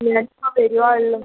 ഞാൻ ഇപ്പോൾ